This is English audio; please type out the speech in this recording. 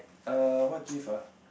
err what gift ah